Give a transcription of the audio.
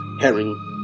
Herring